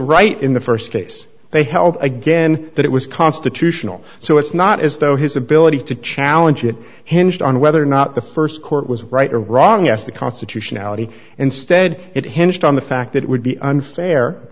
right in the st place they held again that it was constitutional so it's not as though his ability to challenge it hinged on whether or not the st court was right or wrong as the constitutionality instead it hinged on the fact that it would be unfair